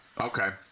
okay